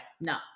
no